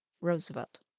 Roosevelt